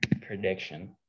prediction